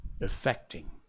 affecting